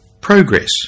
progress